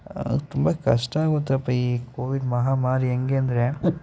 ತುಂಬ ಕಷ್ಟ ಆಗುತ್ತಪ್ಪಾ ಈ ಕೋವಿಡ್ ಮಹಾಮಾರಿ ಹೆಂಗೆ ಅಂದರೆ